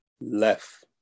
left